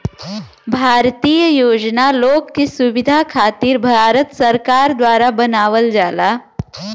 भारतीय योजना लोग के सुविधा खातिर भारत सरकार द्वारा बनावल जाला